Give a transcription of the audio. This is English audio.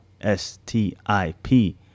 S-T-I-P